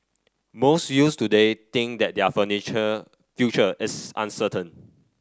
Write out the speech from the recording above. most youths today think that their furniture future is uncertain